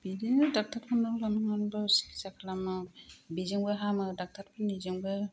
बिदिनो ड'क्टरखौबो मानिबा मानिबा सिखिथसा खालामो बिजोंबो हामो ड'क्टर फोरनि जोंबो